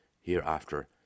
hereafter